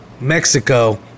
Mexico